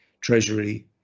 treasury